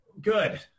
Good